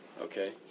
Okay